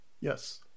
Yes